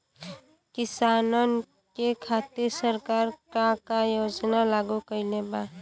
किसानन के खातिर सरकार का का योजना लागू कईले बा?